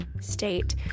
state